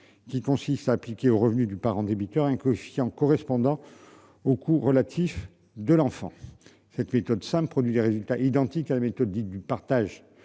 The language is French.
qui consiste à appliquer au revenu du parent débiteur hein Kofi en correspondant au coût relatif de l'enfant. Cette méthode produit des résultats identiques à la méthode dite du partage